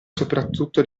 soprattutto